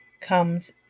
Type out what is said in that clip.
comes